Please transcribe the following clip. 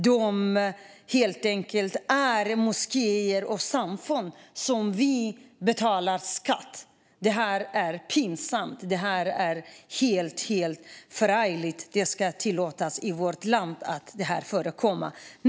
Detta är alltså moskéer och samfund som vi betalar skatt för. Det är pinsamt och förfärligt att det tillåts i vårt land, men det gör det.